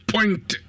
Point